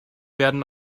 werden